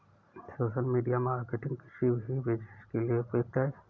social media marketing किसी भी business के लिए उपयुक्त है